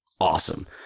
awesome